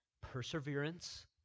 perseverance